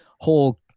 whole